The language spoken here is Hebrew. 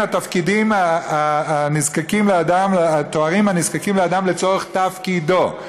התארים הדרושים לאדם לצורך תפקידו.